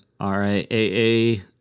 RIAA